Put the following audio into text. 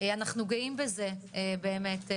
אנחנו גאים בזה, באמת.